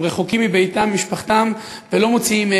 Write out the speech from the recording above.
הם רחוקים מביתם, ממשפחתם, ולא מוציאים הגה,